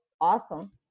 awesome